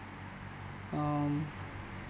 um